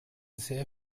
sehr